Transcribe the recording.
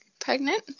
pregnant